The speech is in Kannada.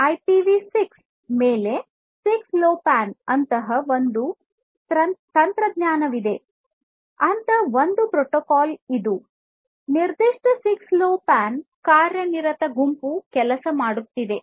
ಆದ್ದರಿಂದ ಐಪಿವಿ6 ಮೇಲೆ 6ಲೋವ್ಪ್ಯಾನ್ ಅಂತಹ ಒಂದು ತಂತ್ರಜ್ಞಾನವಾಗಿದೆ ಅಂತಹ ಒಂದು ಪ್ರೋಟೋಕಾಲ್ ಆಗಿದೆ ಇದು ನಿರ್ದಿಷ್ಟ 6ಲೊವ್ಪ್ಯಾನ್ ಕಾರ್ಯನಿರತ ಗುಂಪು ಕೆಲಸ ಮಾಡುತ್ತಿದೆ